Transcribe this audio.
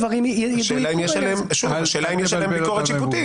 השאלה אם יש עליהם ביקורת שיפוטית.